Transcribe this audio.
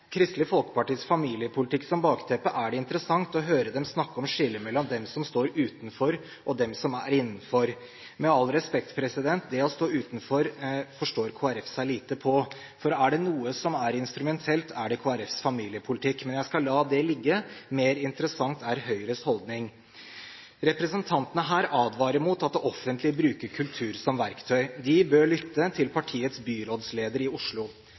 Kristelig Folkepartis familiepolitikk som bakteppe er det interessant å høre dem snakke om skillet mellom dem som står utenfor, og dem som er innenfor. Med all respekt: Det å stå utenfor forstår Kristelig Folkeparti seg lite på. For er det noe som er instrumentelt, er det Kristelig Folkepartis familiepolitikk – men jeg skal la det ligge. Mer interessant er Høyres holdning. Representantene her advarer mot at det offentlige bruker kultur som verktøy. De bør lytte til partiets byrådsleder i Oslo.